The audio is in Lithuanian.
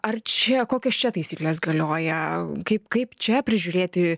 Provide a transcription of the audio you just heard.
ar čia kokios čia taisyklės galioja kaip kaip čia prižiūrėti